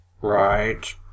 right